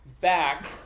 back